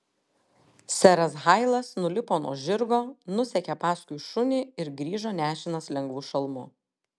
seras hailas nulipo nuo žirgo nusekė paskui šunį ir grįžo nešinas lengvu šalmu